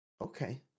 Okay